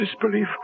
disbelief